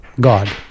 God